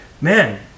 man